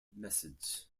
message